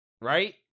Right